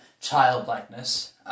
childlikeness